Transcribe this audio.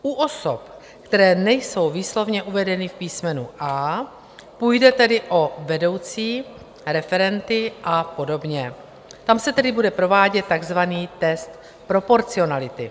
U osob, které nejsou výslovně uvedeny v písmenu a) půjde tedy o vedoucí, referenty a podobně tam se tedy bude provádět takzvaný test proporcionality.